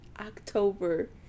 october